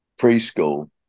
Preschool